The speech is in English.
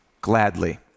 gladly